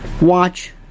Watch